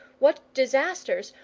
what disasters,